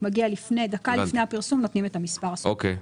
דקה לפני הפרסום נותנים את המספר הסופי.